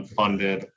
funded –